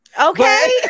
Okay